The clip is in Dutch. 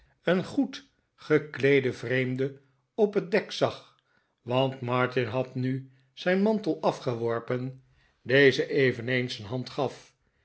een goed gekleeden vreemde op het dek zag want martin had nu zijn mantel afgeworpen dezen eveneens een hand gaf